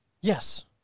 Yes